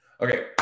Okay